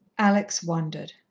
alex wondered.